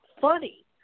funny